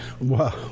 Wow